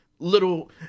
Little